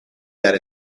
that